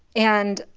and,